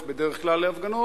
בדרך כלל אני לא הולך להפגנות,